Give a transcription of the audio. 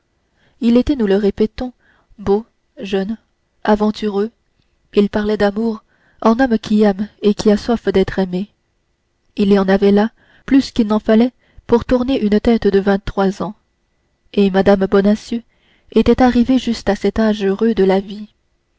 il était nous le répétons beau jeune aventureux il parlait d'amour en homme qui aime et qui a soif d'être aimé il y en avait là plus qu'il n'en fallait pour tourner une tête de vingt-trois ans et mme bonacieux en était arrivée juste à cet âge heureux de la vie